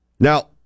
Now